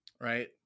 right